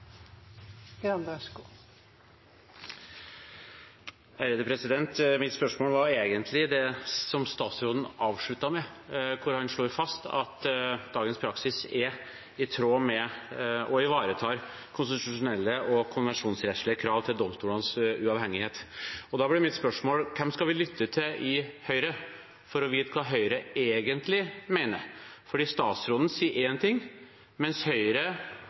som statsråden avsluttet med, der han slo fast at dagens praksis er i tråd med og ivaretar konstitusjonelle og konvensjonsrettslige krav til domstolenes uavhengighet. Da blir mitt spørsmål: Hvem i Høyre skal vi lytte til for å få vite hva Høyre egentlig mener? For statsråden sier én ting, mens andre fra Høyre